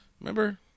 Remember